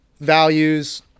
values